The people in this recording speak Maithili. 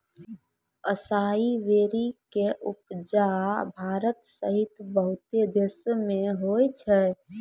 असाई वेरी के उपजा भारत सहित बहुते देशो मे होय छै